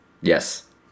Yes